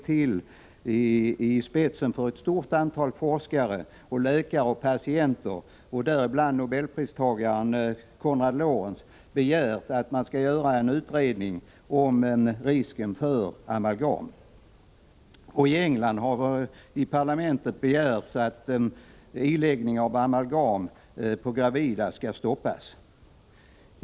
Till, i spetsen för ett stort antal läkare, patienter och forskare, bl.a. nobelpristagaren Konrad Lorenz, begärt att man skall göra en utredning om risken med amalgam. I England har i parlamentet begärts att iläggning av amalgam på gravida skall stoppas.